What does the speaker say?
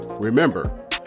remember